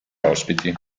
ospiti